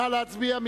נא להצביע.